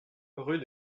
rue